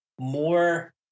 more